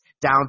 down